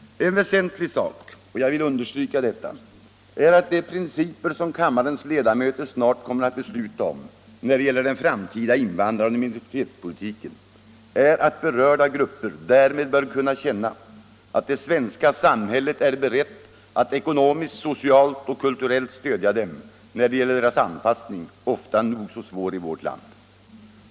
En väsentlig sak, och jag vill understryka den, är att de principer som kammarens ledamöter snart kommer att besluta om när det gäller den framtida invandraroch minoritetspolitiken innebär att berörda grupper därmed bör kunna känna att det svenska samhället är berett att ekonomiskt, socialt och kulturellt stödja dem när det gäller deras anpassning - ofta nog så svår — i vårt land.